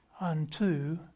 unto